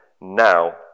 Now